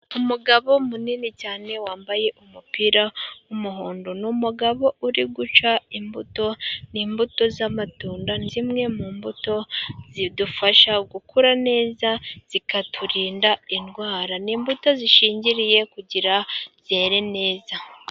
Umugabo munini cyane wambaye umupira w'umuhondo, ni umugabo uri guca imbuto, ni imbuto z'amatunda, zimwe mu mbuto zidufasha gukura neza, zikaturinda indwara, ni imbuto zishingiriye kugira zere neza.